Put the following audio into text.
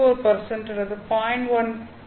4 அல்லது 0